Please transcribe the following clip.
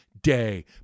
day